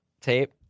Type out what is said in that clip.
tape